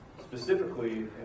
specifically